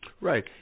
Right